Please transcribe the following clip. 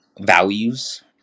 values